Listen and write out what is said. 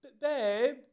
babe